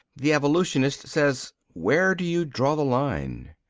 the evolutionist says, where do you draw the line?